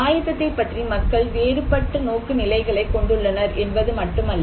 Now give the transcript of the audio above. ஆயத்தத்தைப் பற்றி மக்கள் வேறுபட்ட நோக்குநிலைகளைக் கொண்டுள்ளனர் என்பது மட்டுமல்ல